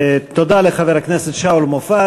תודה, חבר הכנסת שאול מופז.